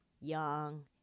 young